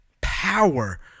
power